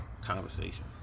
conversation